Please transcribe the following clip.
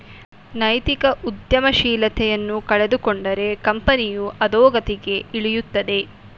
ನೈತಿಕ ಉದ್ಯಮಶೀಲತೆಯನ್ನು ಕಳೆದುಕೊಂಡರೆ ಕಂಪನಿಯು ಅದೋಗತಿಗೆ ಇಳಿಯುತ್ತದೆ